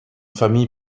famille